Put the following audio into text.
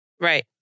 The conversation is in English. Right